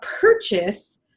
purchase